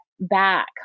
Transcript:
back